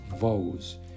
vows